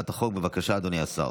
בבקשה, אדוני השר.